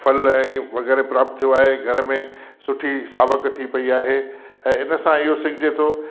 फल ऐं इए वग़ैरह प्राप्त थियो आहे घर में सुठी सावक थी पई आहे ऐं इन सां इहो सिखजे थो